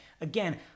Again